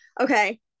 okay